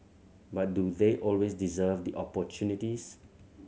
but do they always deserve the opportunities